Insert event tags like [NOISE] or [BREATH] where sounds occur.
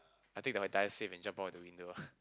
I take the entire safe and jump out of the window ah [BREATH]